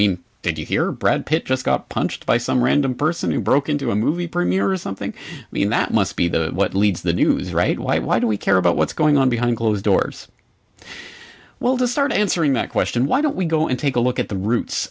mean did you hear brad pitt just got punched by some random person who broke into a movie premier or something i mean that must be the what leads the news right why why do we care about what's going on behind closed doors well to start answering that question why don't we go in take a look at the roots